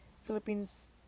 Philippines